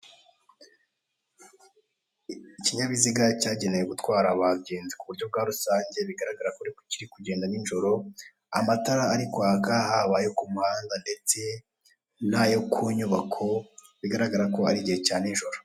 Ikinyabiziga cyagenewe gutwara abagenzi ku buryo bwa rusange, bigaragara ko kiri kugenda ninjoro, amatara ari kwaka, haba ayo ku muhanda ndetse n'ayo ku nyubako, bigaragara ko ari igihe cya nijoro.